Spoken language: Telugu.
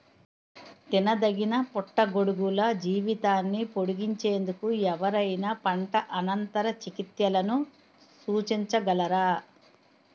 తినదగిన పుట్టగొడుగుల జీవితాన్ని పొడిగించేందుకు ఎవరైనా పంట అనంతర చికిత్సలను సూచించగలరా?